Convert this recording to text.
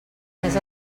més